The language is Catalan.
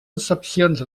excepcions